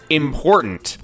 important